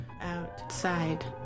outside